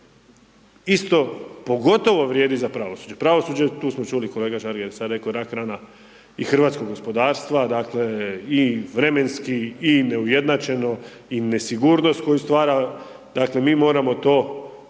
isto, pogotovo vrijedi za pravosuđe. Pravosuđe, tu smo čuli, kolega Žagar je sad rekao rak rana i hrvatskog gospodarstva i vremenski i neujednačeno i nesigurnost koju stvara, dakle mi moramo to po